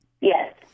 Yes